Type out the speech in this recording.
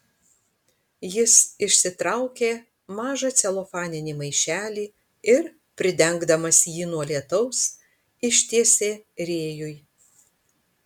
jis išsitraukė mažą celofaninį maišelį ir pridengdamas jį nuo lietaus ištiesė rėjui